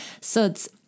Suds